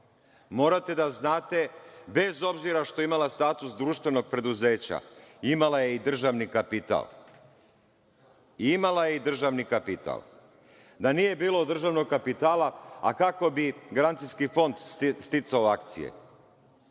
morate da znate, bez obzira što je imala status društvenog preduzeća, imala je i državni kapital. Da nije bilo državnog kapitala, a kako bi garancijski fond sticao akcije?